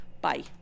Bye